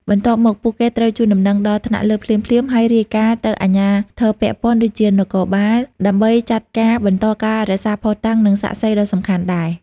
បន្ទាប់មក ពួកគេត្រូវ ជូនដំណឹងដល់ថ្នាក់លើ ភ្លាមៗ ហើយ រាយការណ៍ទៅអាជ្ញាធរពាក់ព័ន្ធ ដូចជានគរបាល ដើម្បីចាត់ការបន្តការរក្សាភស្តុតាង និងសាក្សីក៏សំខាន់ដែរ។